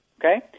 okay